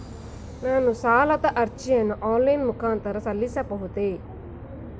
ನಾನು ಸಾಲದ ಅರ್ಜಿಯನ್ನು ಆನ್ಲೈನ್ ಮುಖಾಂತರ ಸಲ್ಲಿಸಬಹುದೇ?